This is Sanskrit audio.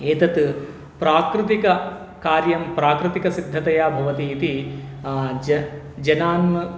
एतत् प्राकृतिककार्यं प्राकृतिकसिद्धतया भवति इति ज जनान्